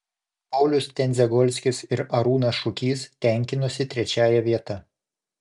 paulius tendzegolskis ir arūnas šukys tenkinosi trečiąja vieta